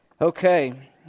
Okay